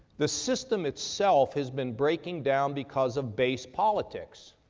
the system itself has been breaking down because of base politics.